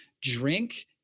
drink